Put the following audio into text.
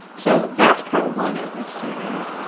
so that's part one of this series!